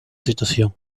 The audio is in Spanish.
situación